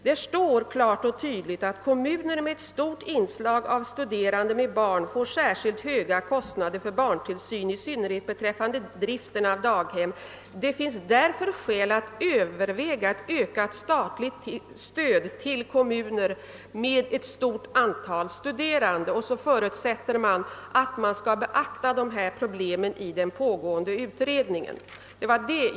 Där står klart och tydligt att »kommuner med ett stort inslag av studerande med barn får särskilt höga kostnader för barntillsyn i synnerhet beträffande driften av daghem. Det finns därför skäl att överväga ett ökat statligt stöd till kommuner med en stor andel studerande». Vidare förutsätter man att problemen skall beaktas vid den pågående utredningen.